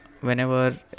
Whenever